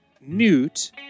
newt